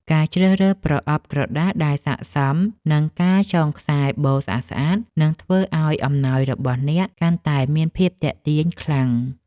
ការជ្រើសរើសប្រអប់ក្រដាសដែលស័ក្តិសម និងការចងខ្សែបូស្អាតៗ នឹងធ្វើឱ្យអំណោយរបស់អ្នកកាន់តែមានភាពទាក់ទាញខ្លាំង។